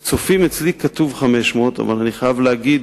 "הצופים" אצלי כתוב 500 שקלים, אבל אני חייב להגיד